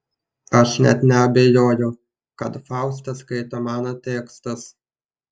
aš net neabejoju kad fausta skaito mano tekstus